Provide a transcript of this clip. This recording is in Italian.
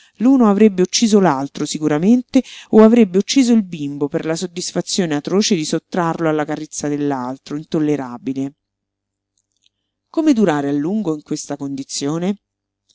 l'uno avrebbe ucciso l'altro sicuramente o avrebbe ucciso il bimbo per la soddisfazione atroce di sottrarlo alla carezza dell'altro intollerabile come durare a lungo in questa condizione